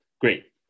Great